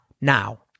now